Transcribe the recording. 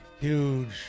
Huge